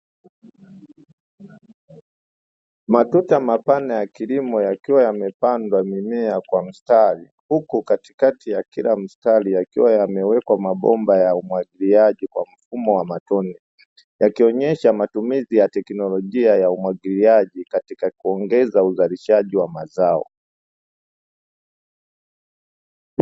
Matuta mapana ya kilimo yakiwa yamepandwa mimea kwa mstari, huku katikati ya kila mstari yakiwa yamewekwa mabomba ya umwagiiaji kwa mfumo wa matone, yakionyesha matumizi ya teknolojia ya umwagiliaji katika kuongeza uzalishaji wa mazao.